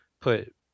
put